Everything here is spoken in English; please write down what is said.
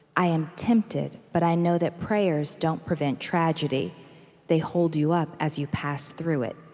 i am tempted, but i know that prayers don't prevent tragedy they hold you up as you pass through it,